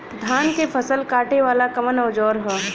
धान के फसल कांटे वाला कवन औजार ह?